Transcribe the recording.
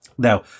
Now